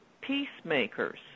peacemakers